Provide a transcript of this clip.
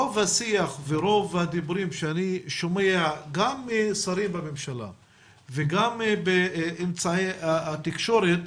רוב השיח ורוב הדיבורים שאני שומע גם משרים בממשלה וגם באמצעי התקשורת,